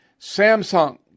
Samsung